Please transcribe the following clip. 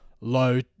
low